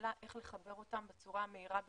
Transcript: שאלה איך לחבר אותם בצורה המהירה ביותר.